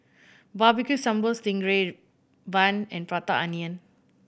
babecue sambal sting ray bun and Prata Onion